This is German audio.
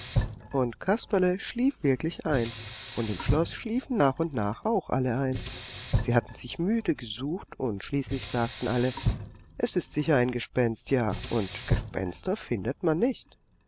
und kasperle schlief wirklich ein und im schloß schliefen nach und nach auch alle ein sie hatten sich müde gesucht und schließlich sagten sie es ist sicher ein gespenst ja und gespenster findet man nicht